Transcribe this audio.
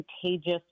contagious